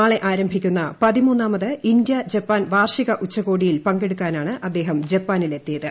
നാളെ ആരംഭിക്കുന്ന പതിമൂന്നാമത് ഇന്ത്യ ജപ്പാൻ വാർഷിക ഉച്ചകോടിയിൽ പങ്കെടുക്കാനാണ് അദ്ദേഹം ജപ്പാനിൽ എത്തിയത്